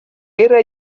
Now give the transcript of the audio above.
era